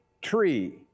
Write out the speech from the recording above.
tree